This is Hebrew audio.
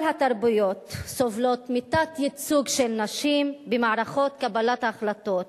כל התרבויות סובלות מתת-ייצוג של נשים במערכות קבלת ההחלטות.